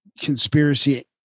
conspiracy